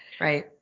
Right